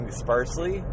sparsely